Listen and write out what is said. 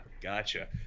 Gotcha